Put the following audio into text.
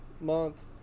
month